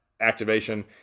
activation